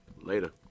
Later